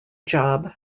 job